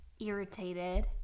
irritated